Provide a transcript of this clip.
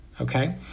okay